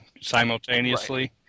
simultaneously